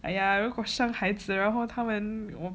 !aiya! 如果生孩子然后他们我